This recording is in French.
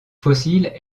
fossiles